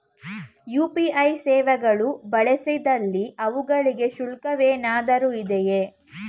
UPI ಸೇವೆಗಳು ಬಳಸಿದಲ್ಲಿ ಅವುಗಳಿಗೆ ಶುಲ್ಕವೇನಾದರೂ ಇದೆಯೇ?